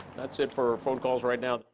that's it for phone calls right now.